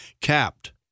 capped